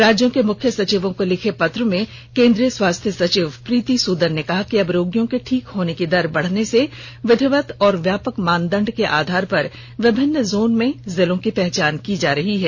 राज्यों के मुख्य सचिवों को लिखे पत्र में केंद्रीय स्वास्थ्य सचिव प्रीति सुदन ने कहा कि अब रोगियों के ठीक होने की दर बढने से विधिवत और व्यापक मानदंड के आधार पर विभिन्न जोन में जिलों की पहचान की जा रही है